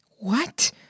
What